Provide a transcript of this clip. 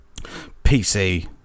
PC